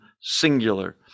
singular